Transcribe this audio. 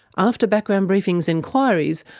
after background briefing's enquiries,